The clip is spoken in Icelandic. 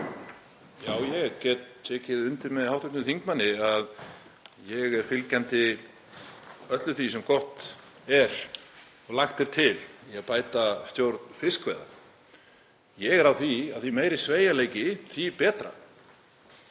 Já, ég get tekið undir með hv. þingmanni, ég er fylgjandi öllu því sem gott er og lagt er til í að bæta stjórn fiskveiða. Ég er á því að því meiri sem sveigjanleikinn er, því betra.